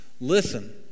listen